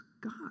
God